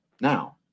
Now